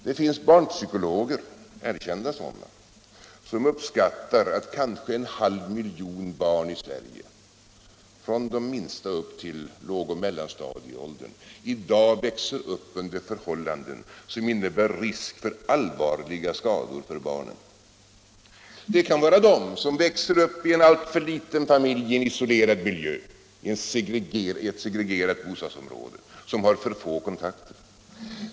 Det finns barnpsykologer, erkända sådana, som uppskattar att det kanske finns en halv miljon barn i Sverige i dag, från de minsta och upp till lågoch mellanstadieåldern, som växer upp under förhållanden som innebär risk för allvarliga skador för barnen. Det kan vara de som växer upp i en alltför liten familj med en isolerad miljö i ett segregerat bostadsområde och som har för få kontakter.